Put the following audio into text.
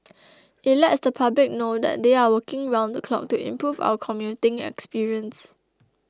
it lets the public know that they are working round the clock to improve our commuting experience